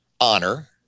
honor